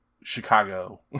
Chicago